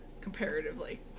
comparatively